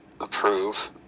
approve